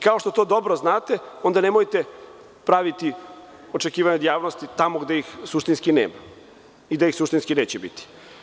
Kao što to dobro znate, onda nemojte praviti očekivanja od javnosti tamo gde ih suštinski nema i da ih suštinski neće biti.